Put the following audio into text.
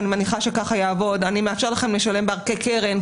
אני מניחה שככה יעבוד אני מאפשר לכם לשלם בה כקרן,